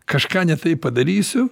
kažką ne taip padarysiu